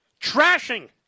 trashing